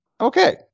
okay